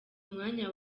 umwanya